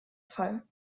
fall